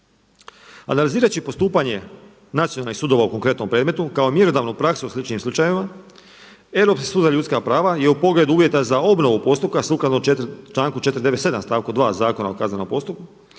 Analizirajući postupanje nacionalnih sudova u konkretnom predmetu kao mjerodavnu praksu u sličnim slučajevima Europski sud za ljudska prava je u pogledu uvjeta za obnovu postupku sukladno članku 497. stavku 2. Zakona o kaznenom postupku